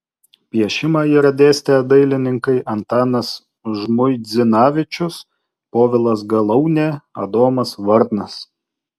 piešimą yra dėstę dailininkai antanas žmuidzinavičius povilas galaunė adomas varnas